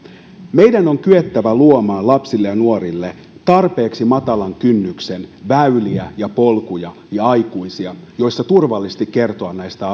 meidän on kyettävä luomaan lapsille ja nuorille tarpeeksi matalan kynnyksen väyliä ja polkuja ja aikuisia joille turvallisesti kertoa näistä